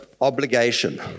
obligation